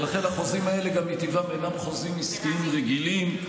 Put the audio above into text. ולכן החוזים האלה גם מטבעם אינם חוזים עסקיים רגילים,